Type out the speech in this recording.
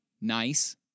nice